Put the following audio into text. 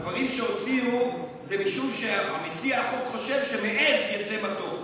הדברים שהוציאו זה משום שמציע החוק חושב שמעֵז יֵצא מתוק.